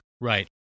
Right